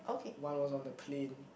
one was on the plane